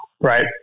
Right